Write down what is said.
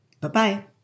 Bye-bye